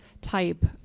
type